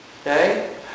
Okay